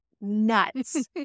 nuts